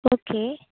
okay